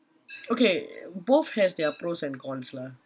okay both has their pros and cons lah